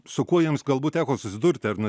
su kuo jiems galbūt teko susidurti ar